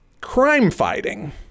crime-fighting